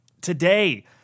today